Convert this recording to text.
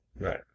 Right